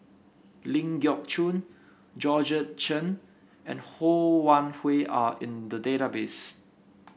Ling Geok Choon Georgette Chen and Ho Wan Hui are in the database